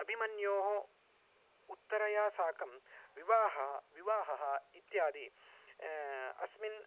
अभिमन्योः उत्तरया साकं विवाहः विवाहः इत्यादि अस्मिन्